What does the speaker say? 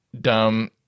dumb